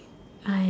I